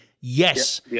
yes